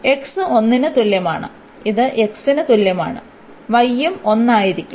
അതിനാൽ x 1 ന് തുല്യമാണ് ഇത് x 1 ന് തുല്യമാണ് y ഉം 1 ആയിരിക്കും